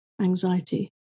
anxiety